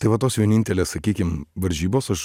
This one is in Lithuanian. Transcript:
tai va tos vienintelės sakykim varžybos aš